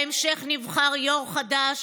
בהמשך נבחר יו"ר חדש.